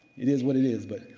it is what it is. but,